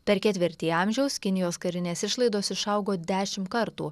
per ketvirtį amžiaus kinijos karinės išlaidos išaugo dešim kartų